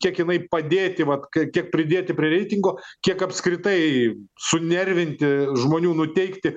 kiek jinai padėti vat k kiek pridėti prie reitingo kiek apskritai sunervinti žmonių nuteikti